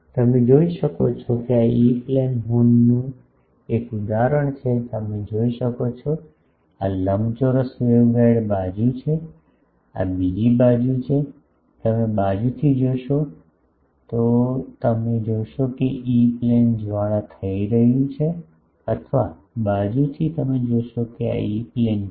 તમે જોઈ શકો છો આ ઇ પ્લેન હોર્નનું એક ઉદાહરણ છે તમે જોઈ શકો છો આ લંબચોરસ વેવગાઇડ બાજુ છે આ બીજી બાજુ છે તમે બાજુથી જોશો કે જો તમે જોશો કે ઇ પ્લેન જ્વાળા થઈ રહ્યું છે અથવા બાજુથી તમે જોશો કે આ ઇ પ્લેન છે